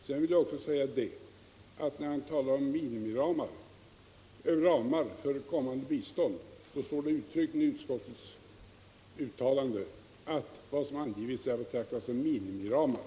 Sedan vill jag också säga till herr Olsson att när det gäller ramar för kommande bistånd står det uttryckligen i utskottets uttalande att vad som angivits är att betrakta som minimiramar.